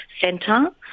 centre